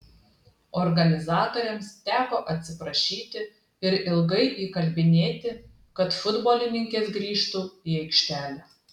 organizatoriams teko atsiprašyti ir ilgai įkalbinėti kad futbolininkės grįžtų į aikštelę